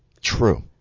True